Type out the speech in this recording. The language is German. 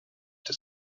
des